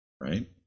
right